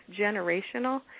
generational